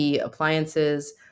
appliances